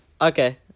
Okay